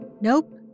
Nope